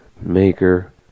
Maker